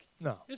No